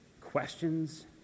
questions